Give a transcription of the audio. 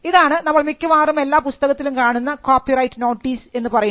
ഇതാണ് നമ്മൾ മിക്കവാറും എല്ലാ പുസ്തകത്തിലും കാണുന്ന കോപ്പിറൈറ്റ് നോട്ടീസ് എന്ന് പറയുന്നത്